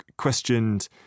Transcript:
Questioned